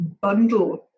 bundle